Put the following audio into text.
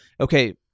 Okay